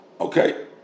Okay